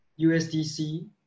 USDC